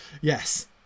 Yes